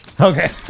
Okay